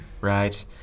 Right